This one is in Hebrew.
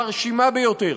מרשימה ביותר.